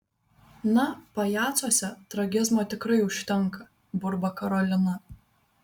na pajacuose tragizmo tikrai užtenka burba karolina